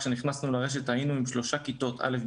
כשנכנסנו לרשת היו שלוש כיתות: א',